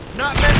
not